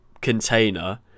container